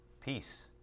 peace